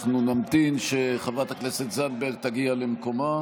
אנחנו נמתין עד שחברת הכנסת זנדברג תגיע למקומה.